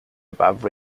above